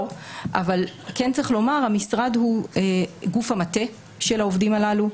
אבל כן צריך לומר שהמשרד הוא גוף המטה של העובדים הללו,